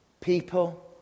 people